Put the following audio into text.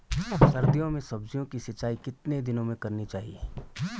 सर्दियों में सब्जियों की सिंचाई कितने दिनों में करनी चाहिए?